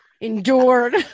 Endured